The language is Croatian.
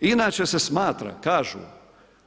Inače se smatra kažu